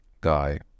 guy